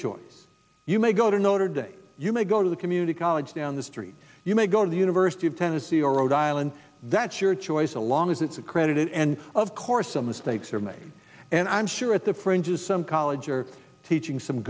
choice you may go to notre dame you may go to the community college down the street you may go to the university of tennessee or rhode island that's your choice along as it's accredited and of course some mistakes are made and i'm sure at the fringes some college are teaching some